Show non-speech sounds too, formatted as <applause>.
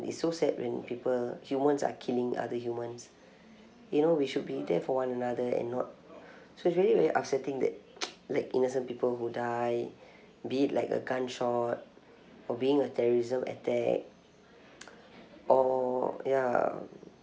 it's so sad when people humans are killing other humans you know we should be there for one another and not so it's really very upsetting that <breath> like innocent people who die <breath> be it like a gunshot or being a terrorism attack <breath> or ya